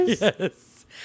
Yes